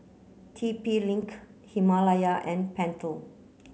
T P link Himalaya and Pentel